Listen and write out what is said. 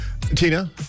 Tina